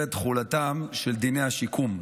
במסגרת תחולתם של דיני השיקום,